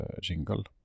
jingle